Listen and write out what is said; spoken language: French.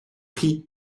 pris